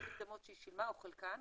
המקדמות שהיא שילמה או חלקן,